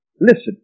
listen